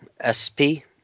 S-P